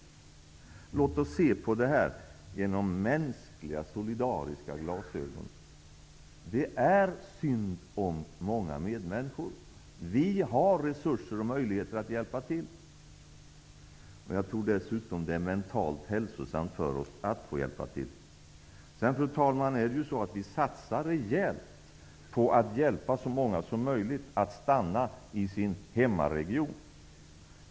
Låt oss se på detta genom mänskliga, solidariska glasögon. Det är synd om många medmänniskor. Vi har resurser och möjligheter att hjälpa till. Jag tror dessutom att det är mentalt hälsosamt för oss att få hjälpa till. Fru talman! Vi satsar dessutom rejält på att hjälpa så många som möjligt att stanna i sin hemmaregion.